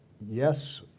yes